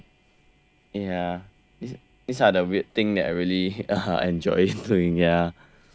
ya I just have ya these are the weird thing that I really enjoy doing ya